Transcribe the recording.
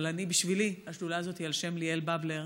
אבל בשבילי השדולה הזאת היא על שם ליאל בבלר,